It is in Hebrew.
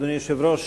אדוני היושב-ראש,